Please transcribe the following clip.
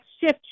shift